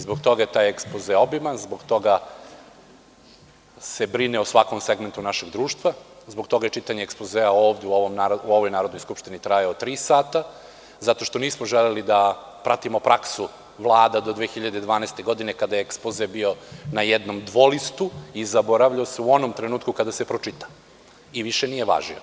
Zbog toga je taj ekspoze obiman, zbog toga se brine o svakom segmentu našeg društva, zbog toga je čitanje ekspozea ovde u ovoj Narodnoj skupštini trajao tri sata, zato što nismo želeli da pratimo praksu vlada do 2012. godine kada je ekspoze bio na jednom dvolistu i zaboravi se u onom trenutku kada se pročita, i više nije važio.